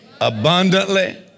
abundantly